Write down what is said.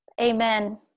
Amen